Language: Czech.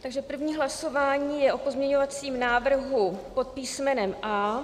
Takže první hlasování je o pozměňovacím návrhu pod písmenem A.